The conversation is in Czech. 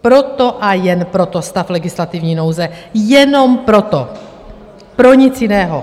Proto a jen proto stav legislativní nouze, jenom proto, pro nic jiného.